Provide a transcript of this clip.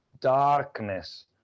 darkness